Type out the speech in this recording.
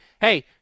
hey